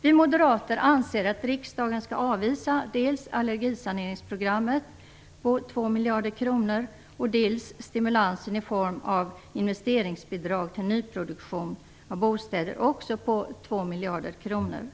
Vi moderater anser att riksdagen skall avvisa dels allergisaneringsprogrammet om 2 miljarder kronor, dels stimulansen i form av investeringsbidrag till nyproduktion av bostäder om likaledes 2 miljarder kronor.